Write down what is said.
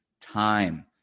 time